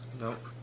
Nope